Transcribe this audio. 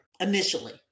initially